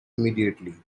immediately